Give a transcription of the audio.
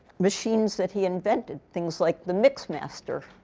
machines that he invented, things like the mix master.